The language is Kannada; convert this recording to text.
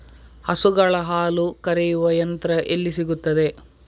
ಹಸುಗಳ ಹಾಲು ಕರೆಯುವ ಯಂತ್ರ ಎಲ್ಲಿ ಸಿಗುತ್ತದೆ?